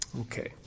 Okay